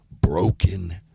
broken